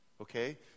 Okay